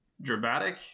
dramatic